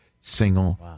single